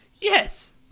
yes